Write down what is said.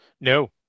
No